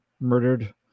murdered